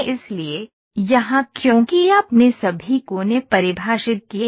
इसलिए यहां क्योंकि आपने सभी कोने परिभाषित किए हैं